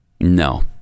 No